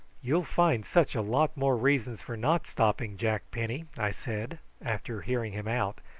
you'll find such a lot more reasons for not stopping, jack penny, i said, after hearing him out,